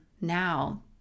now